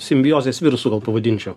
simbiozės virusu gal pavadinčiau